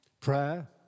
prayer